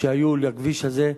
שהיו לכביש הזה,